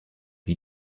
wie